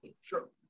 Sure